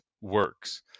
works